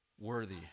worthy